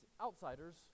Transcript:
outsiders